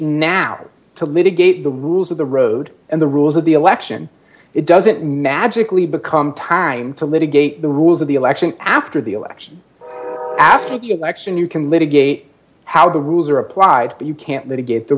now to litigate the rules of the road and the rules of the election it doesn't magically become time to litigate the rules of the election after the election after the election you can litigate how the rules are applied but you can't litigate the